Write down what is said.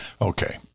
Okay